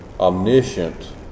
Omniscient